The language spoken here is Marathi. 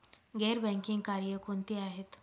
गैर बँकिंग कार्य कोणती आहेत?